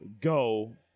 go